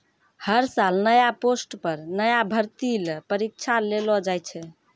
हर साल नया पोस्ट पर नया भर्ती ल परीक्षा लेलो जाय छै